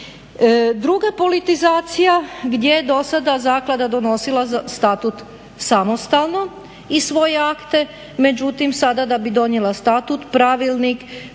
Druga politizacija gdje je do sada zaklada donosila statut samostalno i svoje akte, međutim sada da bi donijela statut, pravilnik